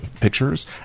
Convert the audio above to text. pictures